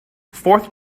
fourth